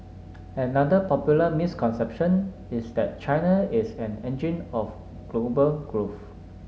another popular misconception is that China is an engine of global growth